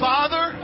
Father